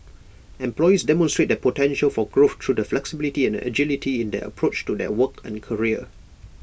employees demonstrate their potential for growth through the flexibility and agility in their approach to their work and career